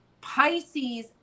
Pisces